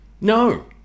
no